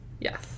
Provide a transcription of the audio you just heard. yes